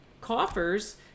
coffers